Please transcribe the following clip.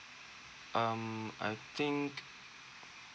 um I think